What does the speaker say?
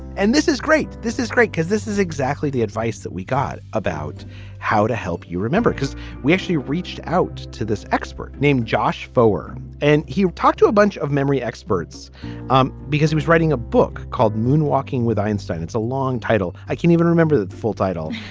and this is great. this is great because this is exactly the advice that we got about how to help you remember, because we actually reached out to this expert named josh foer and he talked to a bunch of memory experts um because he was writing a book called moonwalking with einstein. it's a long title. i can't even remember that full title.